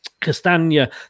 Castagna